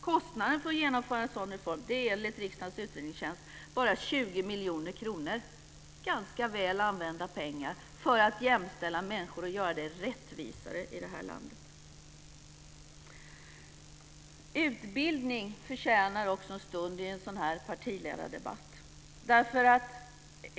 Kostnaden för att genomföra en sådan reform är enligt riksdagens utredningstjänst bara 20 miljoner kronor. Ganska väl använda pengar för att jämställa människor och göra det rättvisare i landet. Utbildning förtjänar också en stund i en partiledardebatt.